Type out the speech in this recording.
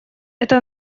это